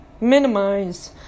minimize